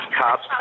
cops